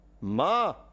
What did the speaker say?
ma